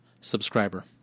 subscriber